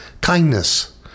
kindness